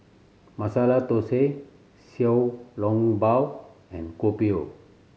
Masala Thosai Xiao Long Bao and Kopi O